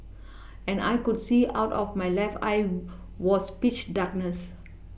and I could see out of my left eye was pitch darkness